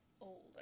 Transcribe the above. older